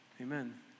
amen